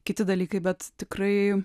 kiti dalykai bet tikrai